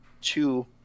two